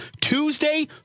Tuesday